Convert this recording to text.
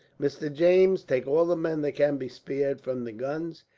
mr. james, take all the men that can be spared from the guns,